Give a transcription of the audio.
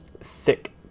thick